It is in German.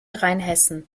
rheinhessen